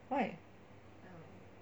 why